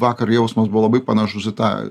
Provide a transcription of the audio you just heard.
vakar jausmas buvo labai panašus į tą